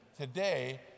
today